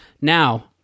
Now